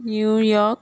New York